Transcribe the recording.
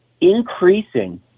increasing